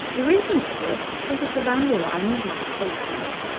the reason for this was that the boundary line was not stationary.